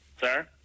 Sir